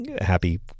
Happy